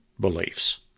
beliefs